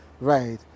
right